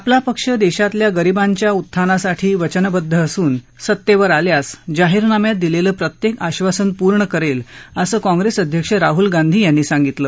आपला पक्ष देशातल्या गरीबांच्या उत्थानासाठी वचनबध्द असून सत्तेवर आल्यास जाहीरनाम्यात दिलेलं प्रत्येक आधासन पूर्ण करेल असं काँग्रेस अध्यक्ष राहुल गांधी यांनी सांगितलं